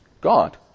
God